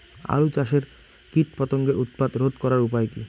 আলু চাষের কীটপতঙ্গের উৎপাত রোধ করার উপায় কী?